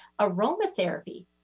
Aromatherapy